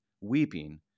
weeping